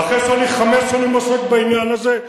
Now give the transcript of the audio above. אחרי שחמש שנים אני עוסק בעניין הזה?